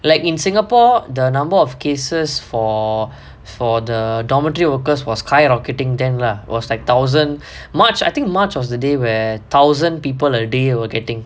like in singapore the number of cases for for the dormitory workers was skyrocketing then lah was like thousand march I think march one of the day where thousand people a day were getting